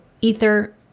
ether